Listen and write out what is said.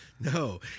No